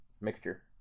mixture